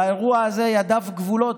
באירוע הזה ידיו כבולות,